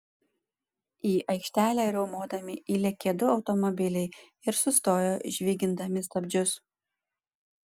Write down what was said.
į aikštelę riaumodami įlėkė du automobiliai ir sustojo žvygindami stabdžius